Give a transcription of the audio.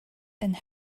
and